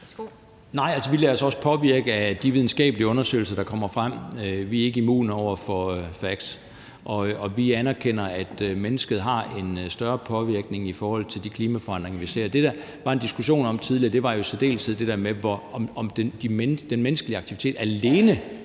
Nej, altså, vi lader os også påvirke af de videnskabelige undersøgelser, der kommer frem. Vi er ikke immune over for facts. Og vi anerkender, at mennesket har en større påvirkning i forhold til de klimaforandringer, vi ser. Det, der var en diskussion om tidligere, var jo i særdeleshed det der med, om den menneskelige aktivitet alene